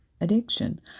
addiction